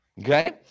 Okay